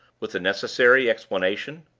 with the necessary explanation.